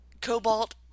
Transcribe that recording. Cobalt